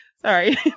Sorry